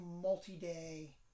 multi-day